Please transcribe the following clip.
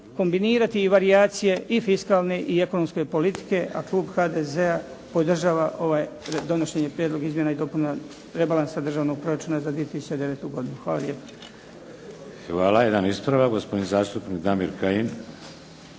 kombinirati i varijacije i fiskalne i ekonomske politike, a klub HDZ-a podržava ovaj, donošenje Prijedloga izmjena i dopuna rebalansa državnog proračuna za 2009. godinu. Hvala lijepa.